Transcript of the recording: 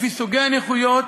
לפי סוגי הנכויות,